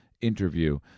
interview